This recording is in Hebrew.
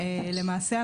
למעשה,